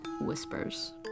whispers